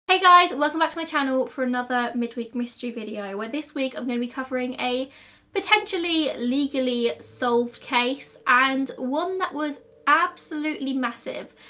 hey guys, welcome back to my channel for another midweek mystery video. where this week. i'm gonna be covering a potentially legally solved case and one that was absolutely massive.